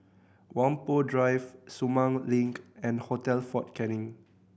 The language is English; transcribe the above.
Whampoa Drive Sumang Link and Hotel Fort Canning